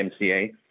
mca